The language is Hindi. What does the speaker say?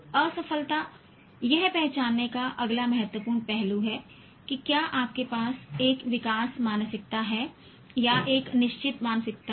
असफलता यह पहचानने का अगला महत्वपूर्ण पहलू है कि क्या आपके पास एक विकास मानसिकता है या एक निश्चित मानसिकता है